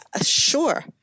sure